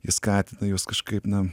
jie skatina juos kažkaip na